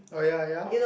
oh ya ya